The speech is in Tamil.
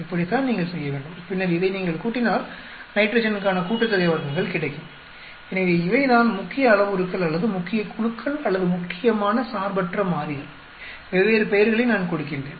இப்படித்தான் நீங்கள் செய்ய வேண்டும் பின்னர் இதை நீங்கள் கூட்டினால் நைட்ரஜனுக்கான கூட்டுத்தொகை வர்க்கங்கள் கிடைக்கும் எனவே இவைதான் முக்கிய அளவுருக்கள் அல்லது முக்கிய குழுக்கள் அல்லது முக்கியமான சார்பற்ற மாறிகள் வெவ்வேறு பெயர்களை நான் கொடுக்கின்றேன்